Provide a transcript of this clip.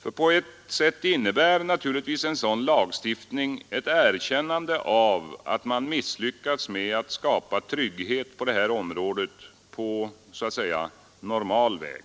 För på ett sätt innebär naturligtvis en sådan lagstiftning ett erkännande av att man misslyckats med att skapa trygghet på det här området på så att säga normal väg.